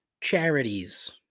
charities